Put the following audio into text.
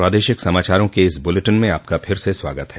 प्रादेशिक समाचारों के इस बुलेटिन में आपका फिर से स्वागत है